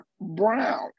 Brown